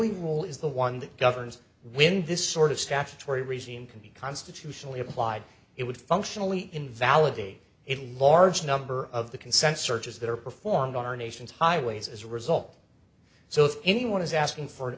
y rule is the one that governs when this sort of statutory regime can be constitutionally applied it would functionally invalidate it large number of the consent searches that are performed on our nation's highways as a result so if anyone is asking for